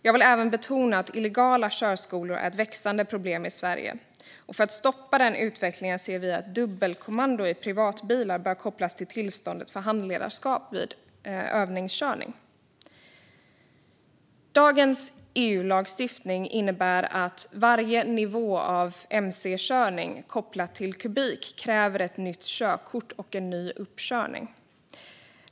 Jag vill även betona att illegala körskolor är ett växande problem i Sverige. För att stoppa den utvecklingen ser vi att dubbelkommando i privatbilar bör kopplas till tillståndet för handledarskap vid övningskörning. Dagens EU-lagstiftning innebär att varje nivå av mc-körning kopplat till kubik kräver ett nytt körkort och en ny uppkörning.